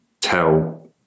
tell